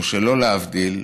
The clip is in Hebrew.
או שלא להבדיל,